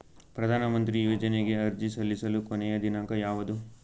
ಪ್ರಧಾನ ಮಂತ್ರಿ ಯೋಜನೆಗೆ ಅರ್ಜಿ ಸಲ್ಲಿಸಲು ಕೊನೆಯ ದಿನಾಂಕ ಯಾವದು?